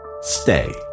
Stay